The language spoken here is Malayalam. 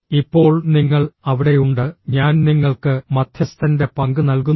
ഇപ്പോൾ നിങ്ങൾ അവിടെയുണ്ട് ഞാൻ നിങ്ങൾക്ക് മധ്യസ്ഥന്റെ പങ്ക് നൽകുന്നു